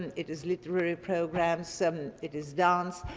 it is literary programs. some it is dance.